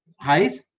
highs